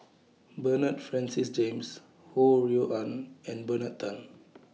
Bernard Francis James Ho Rui An and Bernard Tan